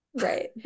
Right